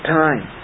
time